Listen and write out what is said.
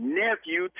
nephew